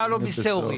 פשוטה.